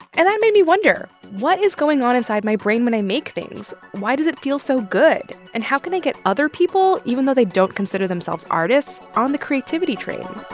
and that made me wonder, what is going on inside my brain when i make things? why does it feel so good? and how can i get other people, even though they don't consider themselves artists, on the creativity train?